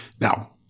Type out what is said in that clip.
Now